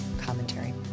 commentary